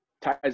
ties